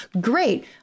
Great